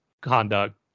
conduct